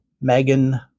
Megan